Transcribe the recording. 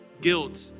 guilt